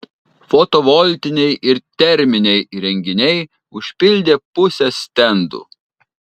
fotovoltiniai ir terminiai įrenginiai užpildė pusę stendų